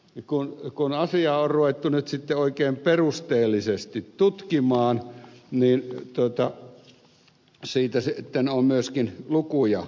kun asiaa on ruvettu nyt sitten oikein perusteellisesti tutkimaan niin siitä sitten on myöskin lukuja paljastunut